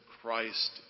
Christ